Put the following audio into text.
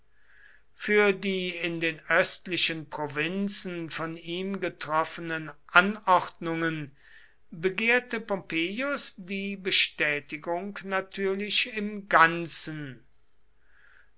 für die in den östlichen provinzen von ihm getroffenen anordnungen begehrte pompeius die bestätigung natürlich im ganzen